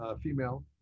female